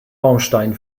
baustein